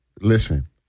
Listen